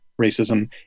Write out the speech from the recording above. racism